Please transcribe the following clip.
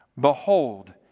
Behold